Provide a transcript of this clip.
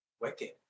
wicked